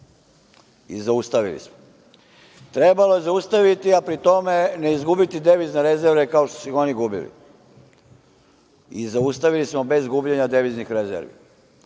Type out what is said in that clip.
i zaustavili smo. Trebalo je zaustaviti, a pri tome ne izgubiti devizne rezerve kao što su ih oni gubili i zaustavili smo bez gubljenja deviznih rezervi.